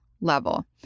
level